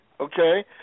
Okay